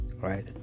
Right